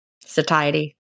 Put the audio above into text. Satiety